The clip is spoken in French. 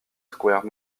square